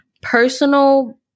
personal